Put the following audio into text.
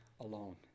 alone